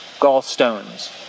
gallstones